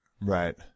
right